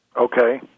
Okay